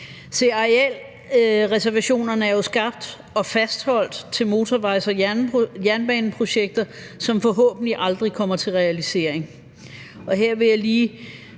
Arealreservationerne er jo skabt og fastholdt til motorvejs- og jernbaneprojekter, som forhåbentlig aldrig kommer til realisering. Her vil jeg lige